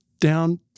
down